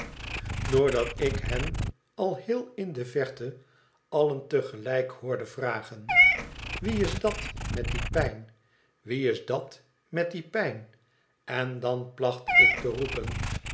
doordat ik hen al heel in de verte allen te gelijk hoorde vragen iwie is dat met die pijn i wie is dat met die pijn en dan placht ik te roepen